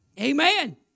Amen